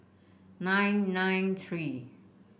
nine nine three